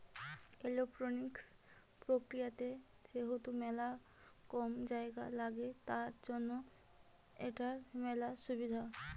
aeroponics প্রক্রিয়াতে যেহেতু মেলা কম জায়গা লাগে, তার জন্য এটার মেলা সুবিধা